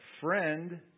friend